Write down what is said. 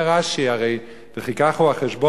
אומר רש"י: הרי וכי כך הוא החשבון,